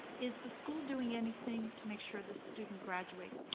is the school doing anything to make sure this student graduates?